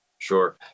Sure